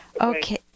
Okay